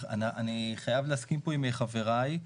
אני חייב להסכים פה עם חבריי.